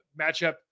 matchup